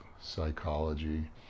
psychology